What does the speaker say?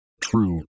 True